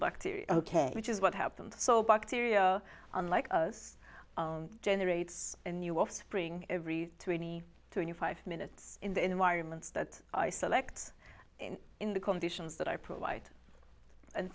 bacteria ok which is what happens so bacteria unlike us generates a new offspring every twenty twenty five minutes in the environments that i selects in the conditions that i provide an